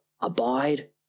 abide